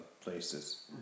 places